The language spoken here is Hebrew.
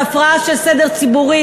בהפרעה של הסדר הציבורי